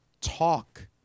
talk